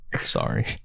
Sorry